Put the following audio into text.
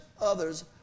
others